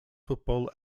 football